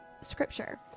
scripture